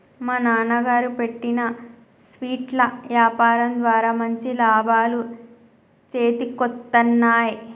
మా నాన్నగారు పెట్టిన స్వీట్ల యాపారం ద్వారా మంచి లాభాలు చేతికొత్తన్నయ్